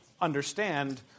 understand